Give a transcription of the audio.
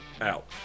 out